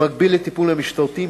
במקביל לטיפול המשטרתי,